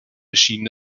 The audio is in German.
erschien